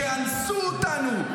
כשאנסו אותנו,